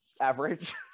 average